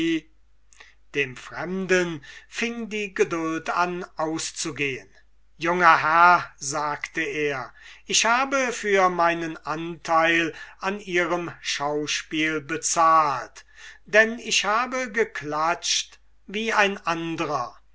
dem fremden fing die geduld an auszugehen junger herr sagte er ich habe für meine komödie bezahlt denn ich habe geklatscht wie ein andrer